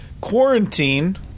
quarantine